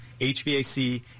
HVAC